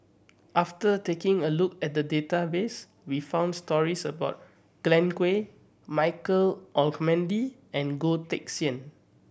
after taking a look at the database we found stories about Glen Goei Michael Olcomendy and Goh Teck Sian